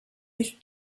with